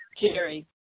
Jerry